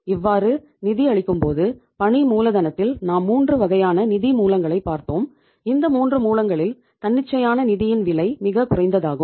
இவ்வாறு நிதி அளிக்கும்போது பணி மூலதனத்தில் நாம் மூன்று வகையான நிதி மூலங்களை பார்த்தோம் இந்த மூன்று மூலங்களில் தன்னிச்சையான நிதியின் விலை மிகக் குறைந்த தாகும்